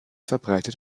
verbreitet